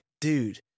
dude